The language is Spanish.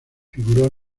figuró